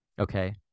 okay